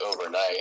overnight